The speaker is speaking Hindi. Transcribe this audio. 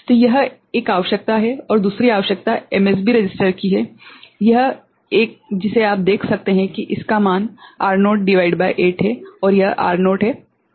तो यह एक आवश्यकता है और दूसरी आवश्यकता MSB रजिस्टर की है यह एक जिसे आप देख सकते हैं कि इसका मान R0 भागित 8 है और यह R0 है ठीक है